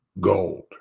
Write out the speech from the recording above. gold